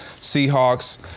Seahawks